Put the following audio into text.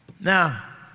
Now